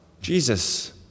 Jesus